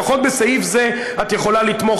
לפחות בסעיף זה את יכולה לתמוך,